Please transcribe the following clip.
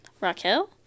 Raquel